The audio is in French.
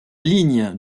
ligne